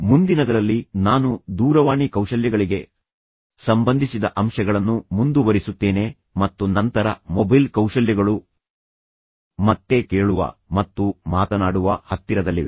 ಮುಂದಿನದರಲ್ಲಿ ನಾನು ದೂರವಾಣಿ ಕೌಶಲ್ಯಗಳಿಗೆ ಸಂಬಂಧಿಸಿದ ಅಂಶಗಳನ್ನು ಮುಂದುವರಿಸುತ್ತೇನೆ ಮತ್ತು ನಂತರ ಮೊಬೈಲ್ ಕೌಶಲ್ಯಗಳು ಮತ್ತೆ ಕೇಳುವ ಮತ್ತು ಮಾತನಾಡುವ ಹತ್ತಿರದಲ್ಲಿವೆ